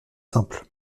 simple